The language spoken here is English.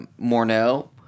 Morneau